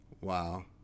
Wow